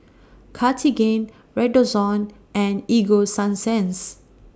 Cartigain Redoxon and Ego Sunsense